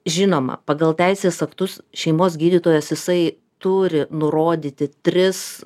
žinoma pagal teisės aktus šeimos gydytojas jisai turi nurodyti tris